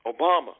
Obama